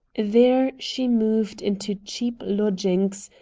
there she moved into cheap lodgings,